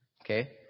Okay